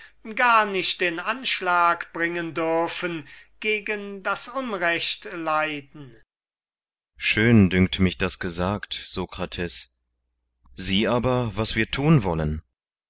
gar nicht in anschlag bringen gegen das unrechthandeln kriton schön dünkt mich das gesagt sokrates sieh aber was wir tun wollen